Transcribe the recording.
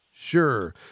Sure